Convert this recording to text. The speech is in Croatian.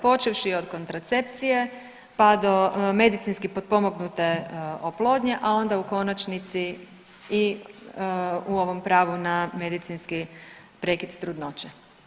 Počevši od kontracepcije pa do medicinski potpomognute oplodnje, a onda u konačnici i u ovom pravu na medicinski prekid trudnoće.